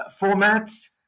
formats